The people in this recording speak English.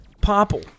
Popple